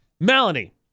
Melanie